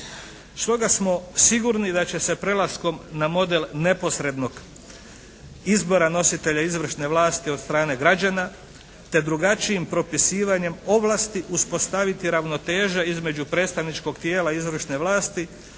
Stoga smo sigurni da će se prelaskom na model neposrednog izbora nositelja izvršne vlasti od strane građana te drugačijim propisivanjem ovlasti uspostaviti ravnoteža između predstavničkog tijela izvršne vlasti